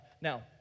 Now